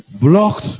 blocked